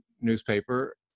newspaper